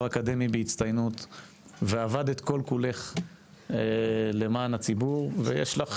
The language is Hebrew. אקדמי בהצטיינות ועבדת כל כולך למען הציבור ויש לך